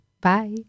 bye